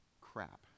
crap